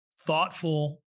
thoughtful